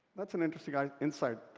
that's an interesting ah insight.